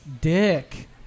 dick